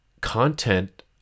content